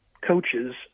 coaches